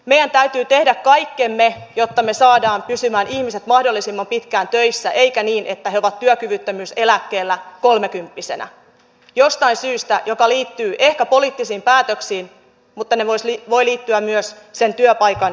meidän täytyy tehdä kaikkemme jotta me saamme ihmiset pysymään mahdollisimman pitkään töissä eikä niin että he ovat työkyvyttömyyseläkkeellä kolmekymppisenä jostain syystä joka liittyy ehkä poliittisiin päätöksiin mutta se voi liittyä myös sen työpaikan ilmapiiriin ja tekemiseen